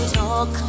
talk